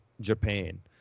japan